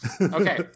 Okay